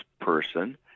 person